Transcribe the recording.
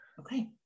Okay